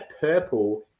Purple